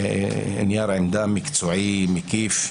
נייר עמדה מקצועי, מקיף.